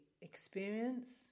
experience